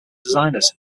designers